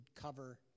cover